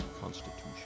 Constitution